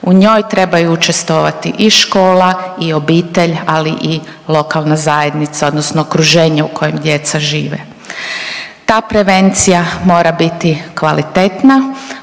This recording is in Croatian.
U njoj trebaju učestvovati i škola i obitelj, ali i lokalna zajednica odnosno okruženje u kojem djeca žive. Ta prevencija mora biti kvalitetna